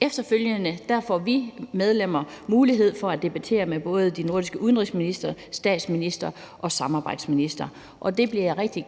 Efterfølgende får vi medlemmer mulighed for at debattere med både de nordiske udenrigsministre, statsministre og samarbejdsministre. Det bliver rigtig